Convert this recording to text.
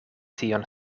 tion